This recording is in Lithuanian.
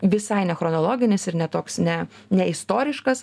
visai ne chronologinis ir ne toks ne neistoriškas